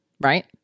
Right